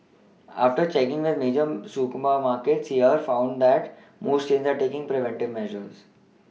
after check with major super ma markets here found that most chains are taking preventive measures